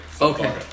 Okay